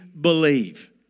believe